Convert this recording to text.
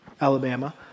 Alabama